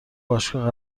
باشگاه